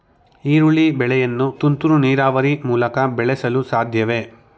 ಈರುಳ್ಳಿ ಬೆಳೆಯನ್ನು ತುಂತುರು ನೀರಾವರಿ ಮೂಲಕ ಬೆಳೆಸಲು ಸಾಧ್ಯವೇ?